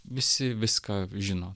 visi viską žino